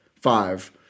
five